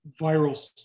viral